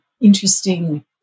interesting